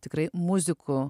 tikrai muzikų